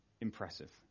impressive